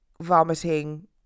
vomiting